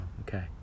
okay